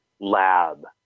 lab